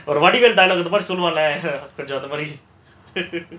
ஒரு வாட்டி வடிவேல் சொல்வான்ல கொஞ்சம் அந்த மாதிரி:oru vaatti vadivel solvaanla konjam andha maadhiri